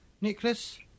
Nicholas